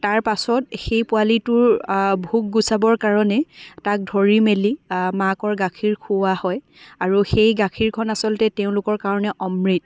তাৰপাছত সেই পোৱালীটোৰ ভোক গুচাবৰ কাৰণে তাক ধৰি মেলি মাকৰ গাখীৰ খুওৱা হয় আৰু সেই গাখীৰকণ আচলতে তেওঁলোকৰ কাৰণে অমৃত